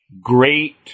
great